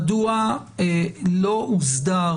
מדוע לא הוסדרה,